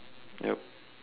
yup